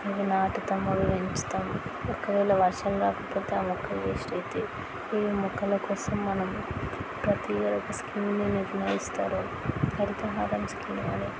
ఇవి నాటుతాం మొలకెత్తిస్తాం ఒకవేళ వర్షం రాకపోతే ఆ మొక్కలు వేస్ట్ అవుతాయి ఈ మొక్కల కోసం మనం ప్రతి ఒక స్కీమ్ని నిర్వహిస్తారు హరితహారం స్కీమ్ అని